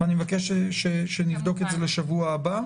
אני מבקש שנבדוק את זה לקראת השבוע הבא.